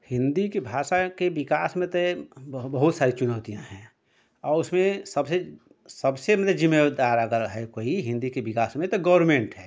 हिन्दी के भाषा के विकास में ते बहु बहुत सारी चुनौतियाँ हैं और उसमें सबसे सबसे मतलब जीमेमबदार अगर है कोई हिन्दी कि विकास में तो गवर्मेंट है